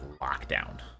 Lockdown